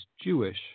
Jewish